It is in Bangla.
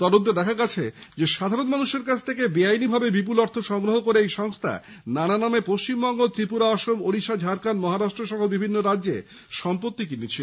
তদন্তে দেখা গেছে সাধারণ মানুষের কাছ থেকে বেআইনীভাবে বিপুল অর্থ সংগ্রহ করে এই সংস্থা নানা নামে পশ্চিমবং ত্রিপুরা আসাম ওড়িশা ঝাড়খন্ড মহারাষ্ট্র সহ বিভিন্ন রাজ্যে সম্পত্তি কিনেছিল